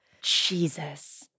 Jesus